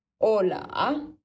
Hola